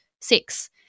six